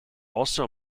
also